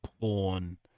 porn